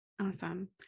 Awesome